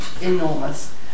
enormous